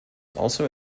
also